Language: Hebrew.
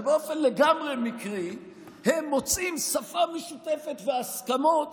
אבל באופן לגמרי מקרי הם מוצאים שפה משותפת והסכמות